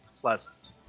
pleasant